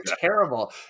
terrible